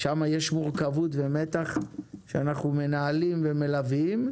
שמה יש מורכבות ומתח שאנחנו מנהלים ומלווים,